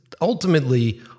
ultimately